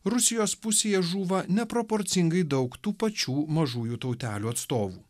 rusijos pusėje žūva neproporcingai daug tų pačių mažųjų tautelių atstovų